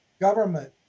government